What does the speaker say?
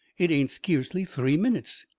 it ain't skeercly three minutes.